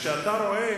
לפעמים אתה רואה